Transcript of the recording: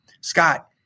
Scott